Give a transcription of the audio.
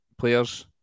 Players